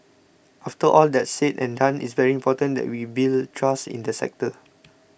after all that's said and done it's very important that we build trust in the sector